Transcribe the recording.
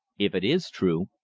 if it is true,